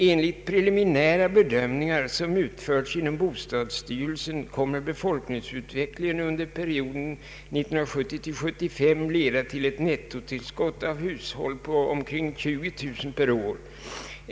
Enligt preliminära bedömningar, som utförts inom bostadsstyrelsen, kommer befolkningsutvecklingen under perioden 1970—1975 att leda till ett nettotillskott av hushåll på omkring 20 000 per år.